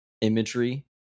imagery